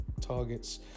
targets